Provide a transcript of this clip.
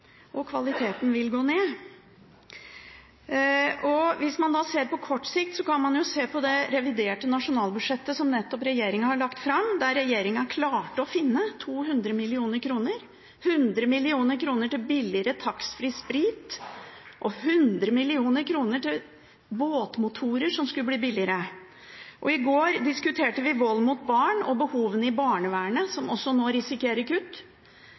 og kvaliteten vil gå ned. På kort sikt kan man se på det reviderte nasjonalbudsjettet som regjeringen nettopp har lagt fram, der regjeringen klarte å finne 200 mill. kr – 100 mill. kr til billigere taxfree sprit og 100 mill. kr til båtmotorer som skulle bli billigere. I går diskuterte vi vold mot barn og behovene i barnevernet, som også nå risikerer kutt.